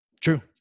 true